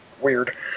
weird